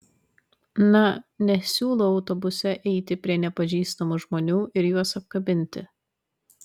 na nesiūlau autobuse eiti prie nepažįstamų žmonių ir juos apkabinti